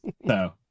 No